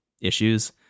issues